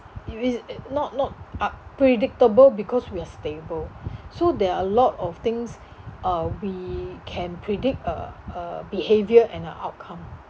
if it's not not uh predictable because we are stable so there're a lot of things uh we can predict uh uh behaviour and the outcome